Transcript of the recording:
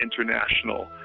International